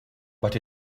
but